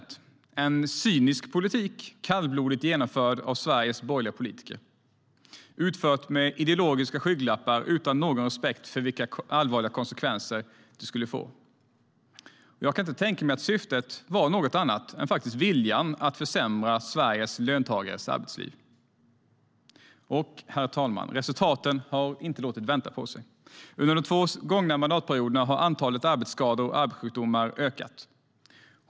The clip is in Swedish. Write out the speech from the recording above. Det var en cynisk politik, kallblodigt genomförd av Sveriges borgerliga politiker, utförd med ideologiska skygglappar, utan någon respekt för vilka allvarliga konsekvenser det skulle få. Jag kan inte tänka mig att syftet var något annat än viljan att försämra Sveriges löntagares arbetsliv. Herr talman! Resultaten har inte låtit vänta på sig. Under de två gångna mandatperioderna har antalet arbetsskador och arbetssjukdomar ökat.